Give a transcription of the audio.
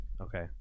Okay